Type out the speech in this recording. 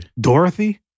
Dorothy